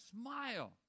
smile